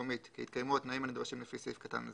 המקומית שהתקיימו התנאים הנדרשים לפי סעיף קטן זה,